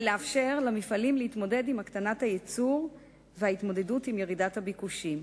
לאפשר למפעלים להתמודד עם הקטנת הייצור ועם ירידת הביקושים.